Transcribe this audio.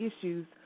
issues